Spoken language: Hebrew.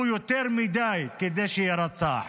כל אדם, הוא יותר מדי כדי שיירצח.